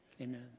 Amen